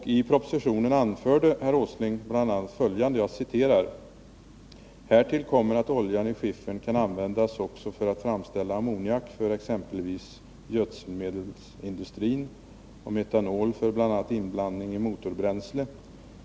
I propositionen anförde herr Åsling bl.a. följande: ”Härtill kommer att oljan i skiffern kan användas också för att framställa ammoniak för exempelvis gödselmedelsindustrin och metanol för bl.a. inblandning i motorbränsle.